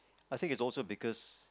I think it's also because